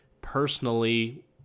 personally